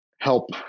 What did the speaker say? help